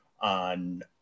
on